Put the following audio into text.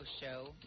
show